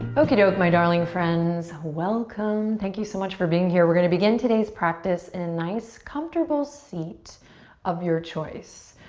okey doke, my darling friends, welcome. thank you so much for being here. we're gonna begin today's practice in nice, comfortable seat of your choice.